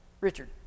Richard